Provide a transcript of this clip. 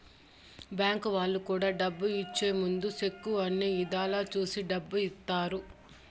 bank వాళ్ళు కూడా డబ్బు ఇచ్చే ముందు సెక్కు అన్ని ఇధాల చూసి డబ్బు ఇత్తారు